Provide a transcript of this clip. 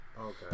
okay